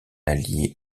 allié